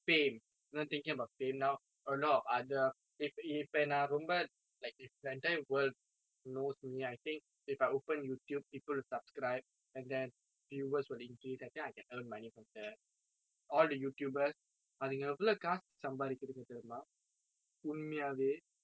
fame know thinking about now a lot of other if if இப்ப நான் ரொம்ப:ippa naan romba like if the entire world knows me I think if I open Youtube people subscribe and then viewers will link it I think I can earn money from there all the youtubers அதுங்க எவ்வளவு காசு சம்பாதிக்குதுங்க தெரியுமா உண்மையாவே:athunga evvalvu kaasu sambaathikkuthunga theriyumaa unmaiyaave